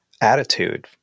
attitude